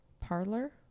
Parlor